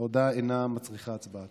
ההודעה אינה מצריכה הצבעה.